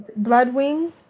Bloodwing